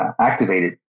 activated